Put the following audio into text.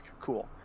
cool